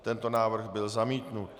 Tento návrh byl zamítnut.